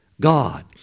God